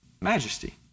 Majesty